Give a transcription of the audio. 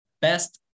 Best